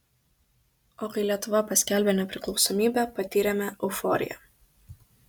o kai lietuva paskelbė nepriklausomybę patyrėme euforiją